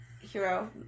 hero